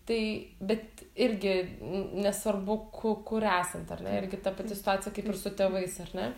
tai bet irgi n nesvarbu ku kur esant ar ne irgi ta pati situacija kaip ir su tėvais ar ne